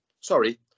Sorry